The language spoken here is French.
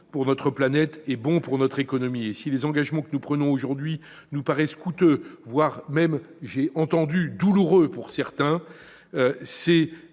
pour notre planète est bon pour notre économie ! Si les engagements que nous prenons aujourd'hui nous paraissent coûteux, voire douloureux pour certains, ils